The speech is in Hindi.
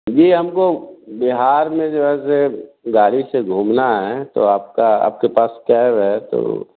जी हमको बिहार में जो है से गाड़ी से घूमना है तो आपका आपके पास कैब है तो